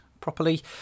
properly